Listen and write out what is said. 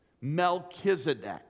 melchizedek